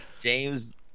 james